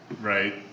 right